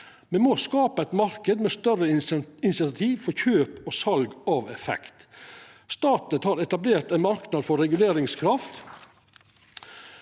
Me må skapa ein marknad med større insentiv for kjøp og sal av effekt. Statnett har etablert ein marknad for regulerkraft.